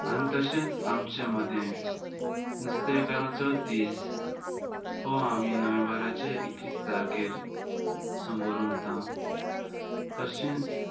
आनी तशेंच आमचे मदें नुस्तेकाराचो दीस हो आमी नोव्हेंबराचे इकीस तारखेर सुमोर उमता तशेंच